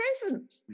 present